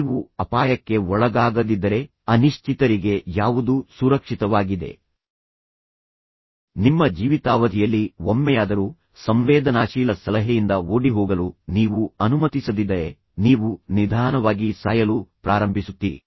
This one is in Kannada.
ನೀವು ಅಪಾಯಕ್ಕೆ ಒಳಗಾಗದಿದ್ದರೆ ಅನಿಶ್ಚಿತರಿಗೆ ಯಾವುದು ಸುರಕ್ಷಿತವಾಗಿದೆ ನೀವು ಕನಸಿನ ಹಿಂದೆ ಹೋಗದಿದ್ದರೆ ನಿಮ್ಮ ಜೀವಿತಾವಧಿಯಲ್ಲಿ ಒಮ್ಮೆಯಾದರೂ ಸಂವೇದನಾಶೀಲ ಸಲಹೆಯಿಂದ ಓಡಿಹೋಗಲು ನೀವು ಅನುಮತಿಸದಿದ್ದರೆ ನೀವು ನಿಧಾನವಾಗಿ ಸಾಯಲು ಪ್ರಾರಂಭಿಸುತ್ತೀರಿ